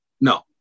no